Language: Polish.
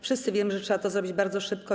Wszyscy wiemy, że trzeba to zrobić bardzo szybko.